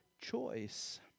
choice